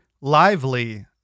lively